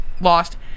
lost